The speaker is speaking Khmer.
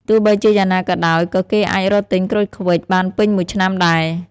ទោះបីជាយ៉ាងណាក៏ដោយ ក៏គេអាចរកទិញក្រូចឃ្វិចបានពេញមួយឆ្នាំដែរ ។